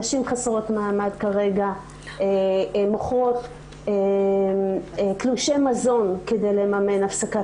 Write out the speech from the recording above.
נשים חסרות מעמד כרגע מוכרות תלושי מזון כדי לממן הפסקת